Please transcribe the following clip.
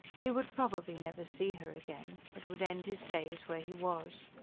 he would probably never see her again, but would end his days where he was.